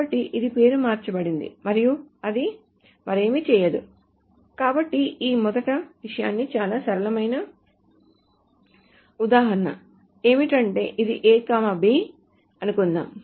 కాబట్టి ఇది పేరు మార్చబడింది మరియు అది మరేమీ చేయదు కాబట్టి ఈ మొదటి విషయానికి చాలా సరళమైన ఉదాహరణ ఏమిటంటే ఇది అనుకుందాం